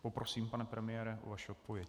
Poprosím, pane premiére, o vaši odpověď.